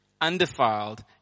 undefiled